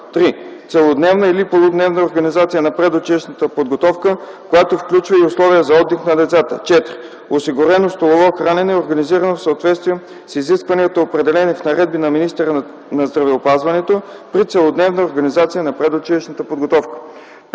3. целодневна или полудневна организация на предучилищната подготовка, която включва и условия за отдих на децата; 4. осигурено столово хранене, организирано в съответствие с изискванията, определени в наредби на министъра на здравеопазването – при целодневна организация на предучилищната подготовка; 5.